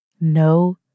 No